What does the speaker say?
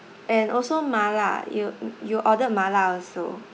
and also mala you you ordered mala also